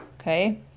Okay